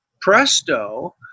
presto